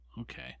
Okay